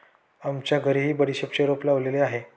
आमच्या घरीही बडीशेपचे रोप लावलेले आहे